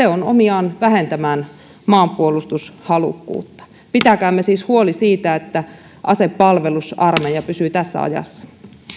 on omiaan vähentämään maanpuolustushalukkuutta pitäkäämme siis huoli siitä että asepalvelusarmeija pysyy tässä ajassa